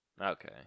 Okay